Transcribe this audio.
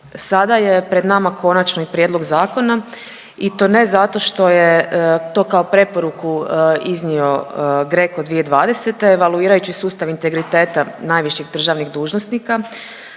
Sada je pred nama konačni prijedlog zakona i to ne zato što je to kao preporuku iznio GRECO 2020. evaluirajući sustav integriteta najviših državnih dužnosnika,